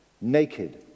Naked